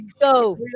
Go